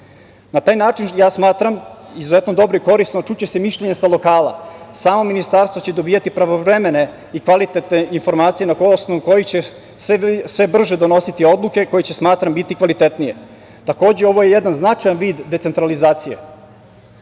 taj način smatram izuzetno dobro i korisno, čuće se mišljenje sa lokala, samo ministarstvo će dobijati pravovremene i kvalitetne informacije na osnovu kojih će sve brže donositi odluke koje će, smatram, biti kvalitetnije. Takođe, ovo je jedan značajan vid decentralizacije. Značajna